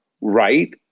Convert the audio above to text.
right